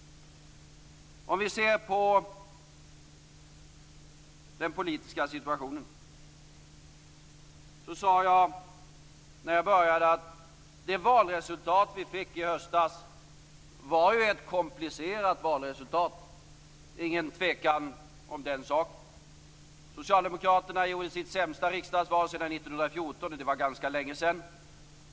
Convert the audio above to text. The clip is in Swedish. Om vi ser på den politiska situationen sade jag när jag började debatten att det valresultat vi fick i höstas var ett komplicerat valresultat. Det är ingen tvekan om den saken. Socialdemokraterna gjorde sitt sämsta riksdagsval sedan 1914, och det var ganska länge sedan.